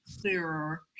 clearer